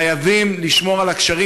חייבים לשמור על הקשרים,